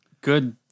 good